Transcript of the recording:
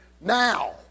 now